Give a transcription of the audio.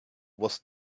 was